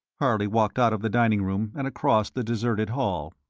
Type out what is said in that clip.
harley walked out of the dining room and across the deserted hall.